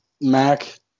Mac